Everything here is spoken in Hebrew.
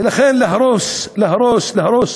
ולכן להרוס, להרוס, להרוס,